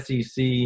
sec